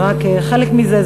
זה רק חלק מזה,